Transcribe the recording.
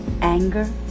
anger